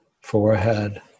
forehead